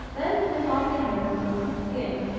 then snip off the hairs close to the skin,